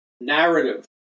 narrative